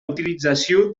utilització